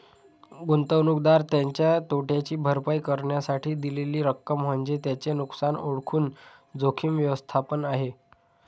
गुंतवणूकदार त्याच्या तोट्याची भरपाई करण्यासाठी दिलेली रक्कम म्हणजे त्याचे नुकसान ओळखून जोखीम व्यवस्थापन आहे